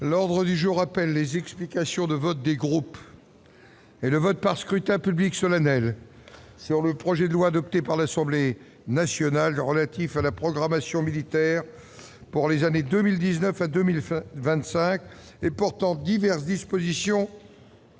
L'ordre du jour appelle les explications de vote des groupes et le vote par scrutin public solennel sur le projet de loi, adopté par l'Assemblée nationale après engagement de la procédure accélérée, relatif à la programmation militaire pour les années 2019 à 2025 et portant diverses dispositions